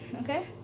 Okay